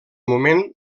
moment